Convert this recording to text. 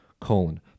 colon